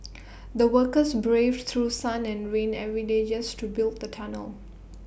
the workers braved through sun and rain every day just to build the tunnel